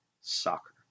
soccer